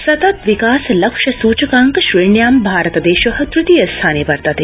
सतत् विकास लक्ष्य सूचकांक श्रेण्यां भारतदेश तृतीय स्थाने वर्तते